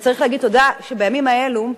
וצריך להגיד תודה כי בימים האלו,